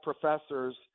professors